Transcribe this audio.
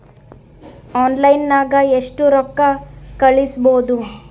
ಆನ್ಲೈನ್ನಾಗ ಎಷ್ಟು ರೊಕ್ಕ ಕಳಿಸ್ಬೋದು